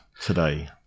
today